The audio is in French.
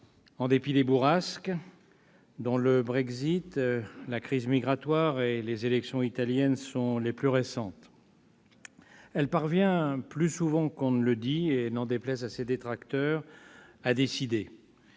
en dépit des bourrasques, dont le Brexit, la crise migratoire et les élections italiennes sont les plus récentes. Elle parvient- plus souvent qu'on ne le dit et n'en déplaise à ses détracteurs -à décider